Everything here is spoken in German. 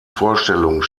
vorstellung